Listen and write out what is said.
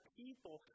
people